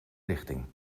richting